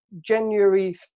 January